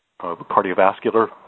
cardiovascular